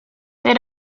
they